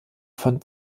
von